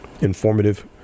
informative